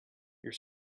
your